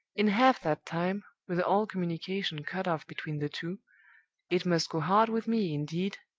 in half that time with all communication cut off between the two it must go hard with me, indeed,